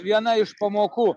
vienna iš pamokų